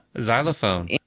xylophone